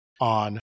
on